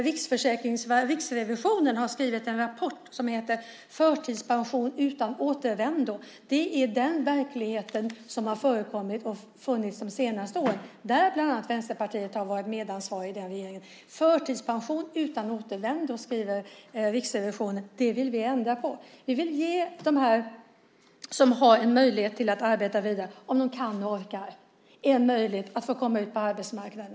Riksrevisionen har skrivit en rapport som heter Förtidspension utan återvändo . Det är den verklighet som funnits de senaste åren när bland annat Vänsterpartiet varit medansvarigt i regeringen. Förtidspension utan återvändo, skriver Riksrevisionen. Det vill vi ändra på. Vi vill ge dem som kan och orkar en möjlighet att få komma ut på arbetsmarknaden.